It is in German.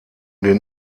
den